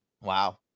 Wow